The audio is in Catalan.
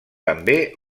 també